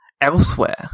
elsewhere